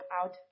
out